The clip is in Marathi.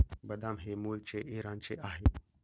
बदाम हे मूळचे इराणचे आहे